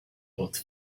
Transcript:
both